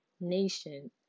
nation